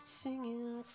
singing